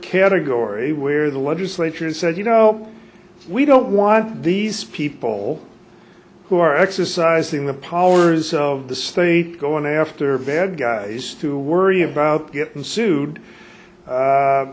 category where the legislature said you know we don't want these people who are exercising the powers of the state going after bad guys to worry about getting sued